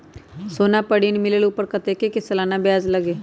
सोना पर ऋण मिलेलु ओपर कतेक के सालाना ब्याज लगे?